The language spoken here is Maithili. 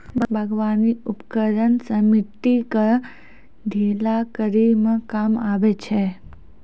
बागबानी उपकरन सें मिट्टी क ढीला करै म काम आबै छै